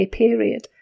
period